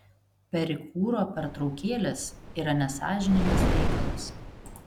perikūro pertraukėlės yra nesąžiningas reikalas